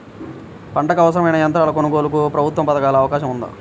పంటకు అవసరమైన యంత్రాల కొనగోలుకు ప్రభుత్వ పథకాలలో అవకాశం ఉందా?